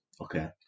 Okay